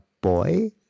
boy